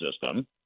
system